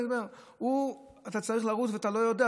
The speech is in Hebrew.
פה אתה צריך לרוץ ואתה לא יודע.